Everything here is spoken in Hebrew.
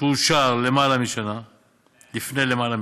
שאושר לפני למעלה משנה,